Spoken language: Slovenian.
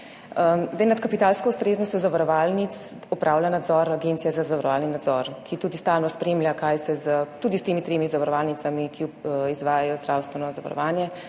nad kapitalsko ustreznostjo zavarovalnic opravlja nadzor Agencije za zavarovalni nadzor, ki tudi stalno spremlja, kaj se tudi s temi tremi zavarovalnicami, ki izvajajo zdravstveno zavarovanje,